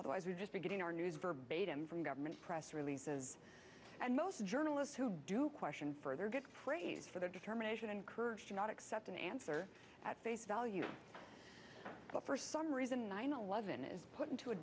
otherwise we'd just be getting our news verbatim from government press releases and most journalists who do question further get praised for their determination and courage to not accept an answer at face value but first some reason nine eleven is put into a